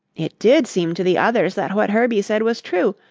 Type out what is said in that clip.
it did seem to the others that what herbie said was true,